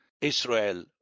Israel